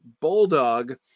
Bulldog